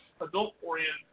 adult-oriented